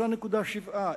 3.7,